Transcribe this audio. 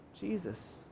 Jesus